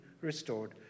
restored